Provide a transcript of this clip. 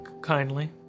kindly